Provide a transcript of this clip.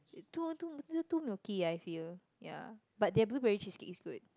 too too milky I feel ya but their blueberry cheesecake is good